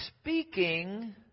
Speaking